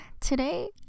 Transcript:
Today